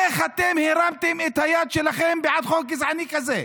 איך אתם הרמתם את היד שלכם בעד חוק גזעני כזה?